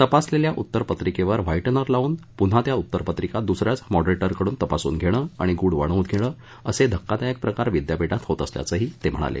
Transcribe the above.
तपासलेल्या उत्तरपत्रिकेवर व्हाईटनर लाऊन पुन्हा त्या उत्तरपत्रिका दुसऱ्याच मॉडरेटरकडून तपासून घेणे आणि गुण वाढवून घेणे असे धक्कादायक प्रकार विद्यापीठात होत असल्याचंही ते म्हणाले